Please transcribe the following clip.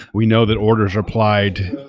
we know that orders are applied,